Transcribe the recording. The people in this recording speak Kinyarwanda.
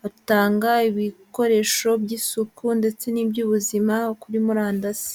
batanga ibikoresho by'isuku ndetse ni iby'ubuzima kuri murandasi.